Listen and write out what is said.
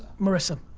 marisa.